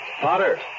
Potter